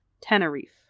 Tenerife